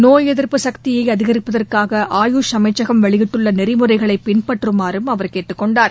நோய் எதி்ப்பு சக்தியை அதிகிப்பதற்காக ஆயூஷ் அமைச்சகம் வெளியிட்டுள்ள நெறிமுறைகளை பின்பற்றுமாறும் அவர் கேட்டுக் கொண்டார்